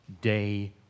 Day